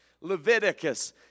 Leviticus